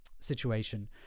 situation